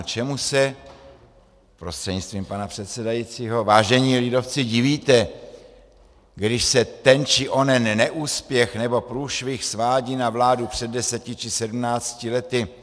Čemu se, prostřednictvím pana předsedajícího vážení lidovci, divíte, když se ten či onen neúspěch nebo průšvih svádí na vládu před deseti či sedmnácti lety?